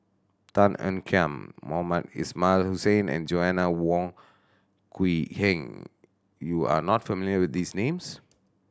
Tan Ean Kiam Mohamed Ismail Hussain and Joanna Wong Quee Heng you are not familiar with these names